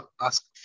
ask